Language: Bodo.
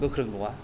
गोख्रों नङा